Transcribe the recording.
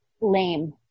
lame